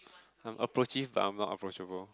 I'm approachieve but I'm not approachable